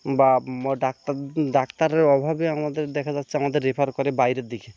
বা ডাক্তার ডাক্তারের অভাবে আমাদের দেখা যাচ্ছে আমাদের রেফার করে বাইরের দিকে